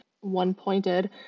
one-pointed